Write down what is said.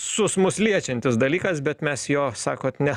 sus mus liečiantis dalykas bet mes jo sakot ne